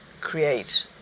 create